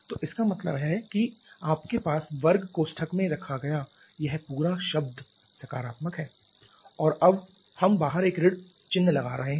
तो इसका मतलब है कि आपके पास वर्ग कोष्ठक में रखा गया यह पूरा शब्द एक सकारात्मक है और अब हम बाहर एक ऋण चिह्न लगा रहे हैं